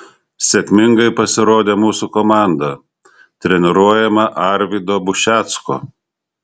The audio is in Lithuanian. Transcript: sėkmingai pasirodė mūsų komanda treniruojama arvydo bušecko